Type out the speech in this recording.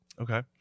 okay